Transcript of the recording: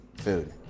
food